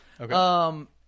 Okay